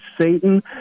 Satan